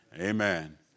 Amen